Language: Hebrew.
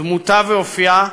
את דמותה ואת אופייה,